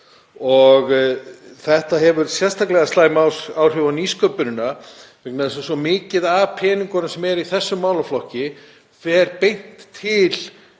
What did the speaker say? Þetta hefur sérstaklega slæm áhrif á nýsköpunina vegna þess að svo mikið af peningunum sem eru í þessum málaflokki fer beint til